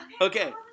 Okay